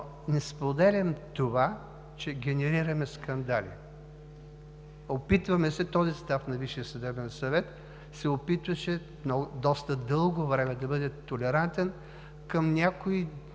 но не споделям това, че генерираме скандали. Опитваме се, този състав на Висшия съдебен съвет доста дълго време се опитваше да бъде толерантен към някои